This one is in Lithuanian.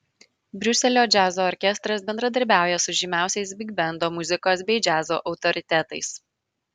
briuselio džiazo orkestras bendradarbiauja su žymiausiais bigbendo muzikos bei džiazo autoritetais